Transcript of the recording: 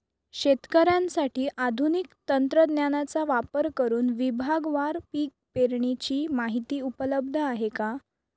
शेतकऱ्यांसाठी आधुनिक तंत्रज्ञानाचा वापर करुन विभागवार पीक पेरणीची माहिती उपलब्ध आहे का?